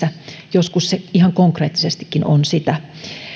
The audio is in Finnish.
joskus se ihan konkreettisestikin on sitä